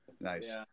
nice